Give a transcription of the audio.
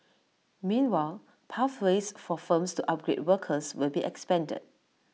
meanwhile pathways for firms to upgrade workers will be expanded